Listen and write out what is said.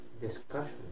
discussion